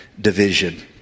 division